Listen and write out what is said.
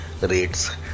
rates